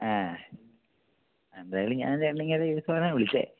ആ എന്തായാലും ഞാന് രണ്ട് വിളിച്ചേ